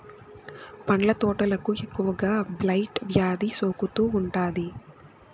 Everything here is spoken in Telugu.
పండ్ల తోటలకు ఎక్కువగా బ్లైట్ వ్యాధి సోకుతూ ఉంటాది